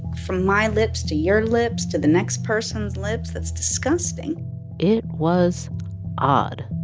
from my lips to your lips to the next person's lips, it's disgusting it was odd.